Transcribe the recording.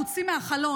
הוא הוציא מהחלון.